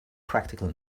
practical